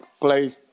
play